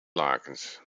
lakens